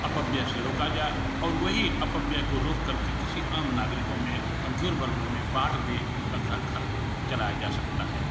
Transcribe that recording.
अपव्यय से रोका जाए और वही अपव्यय को रोककर के किसी आम नागरिकों में कमजोर वर्गों में बाँट दें उसका घर खर्च चलाया जा सकता है